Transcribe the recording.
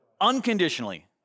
unconditionally